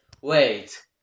wait